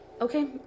okay